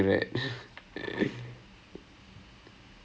small thing but but again